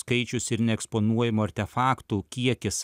skaičius ir neeksponuojamo artefaktų kiekis